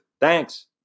Thanks